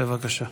בבקשה.